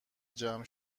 جمع